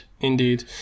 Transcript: indeed